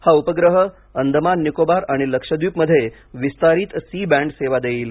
हा उपग्रह अंदमान निकोबार आणि लक्षद्वीपमध्ये विस्तारित सी बँड सेवा देईल